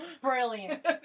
Brilliant